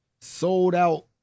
Sold-out